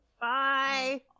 Bye